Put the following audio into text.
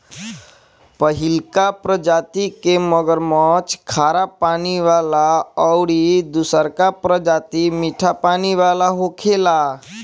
पहिलका प्रजाति के मगरमच्छ खारा पानी वाला अउरी दुसरका प्रजाति मीठा पानी वाला होखेला